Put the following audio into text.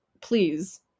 please